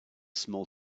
small